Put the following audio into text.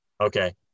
Okay